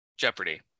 jeopardy